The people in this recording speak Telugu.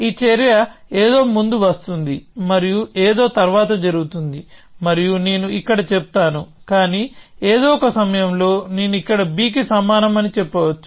ఈ చర్య ఏదో ముందు వస్తుంది మరియు ఏదో తరువాత జరుగుతుంది మరియు నేను ఇక్కడ చెబుతాను కానీ ఏదో ఒక సమయంలో నేను ఇక్కడ b కి సమానం అని చెప్పవచ్చు